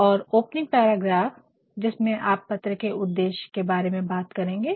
और opening paragraph जिसमे आप पत्र के उद्देश्य के बारे में बात करेंगे